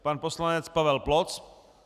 Pan poslanec Pavel Ploc.